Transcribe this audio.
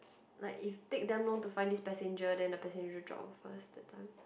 like if take them long to find this passenger then the passenger just drop off first that time